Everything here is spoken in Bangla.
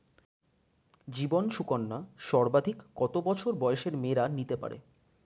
জীবন সুকন্যা সর্বাধিক কত বছর বয়সের মেয়েরা নিতে পারে?